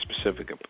specific